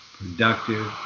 productive